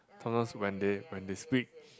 Thomas when they when they speak